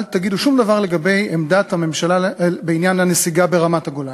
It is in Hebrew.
אל תגידו שום דבר לגבי עמדת הממשלה בעניין הנסיגה מרמת-הגולן.